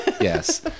Yes